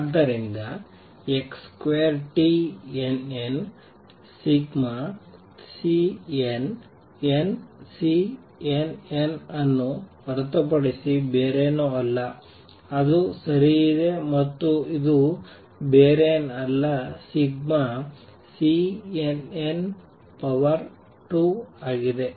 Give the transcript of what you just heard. ಆದ್ದರಿಂದ x2tnn ∑CnnCnn ಅನ್ನು ಹೊರತುಪಡಿಸಿ ಬೇರೇನೂ ಅಲ್ಲ ಅದು ಸರಿ ಇದೆ ಮತ್ತು ಇದು ಬೇರೇನಲ್ಲ ∑|Cnn |2 ಆಗಿದೆ